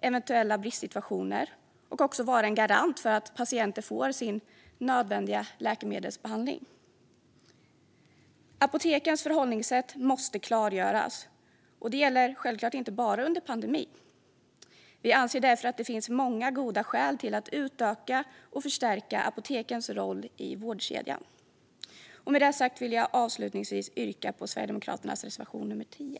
eventuella bristsituationer och vara en garant för att patienter får sin nödvändiga läkemedelsbehandling. Apotekens förhållningssätt måste klargöras, och det gäller självklart inte bara under pandemin. Vi anser därför att det finns många goda skäl att utöka och förstärka apotekens roll i vårdkedjan. Med detta sagt vill jag avslutningsvis yrka bifall till Sverigedemokraternas reservation nummer 10.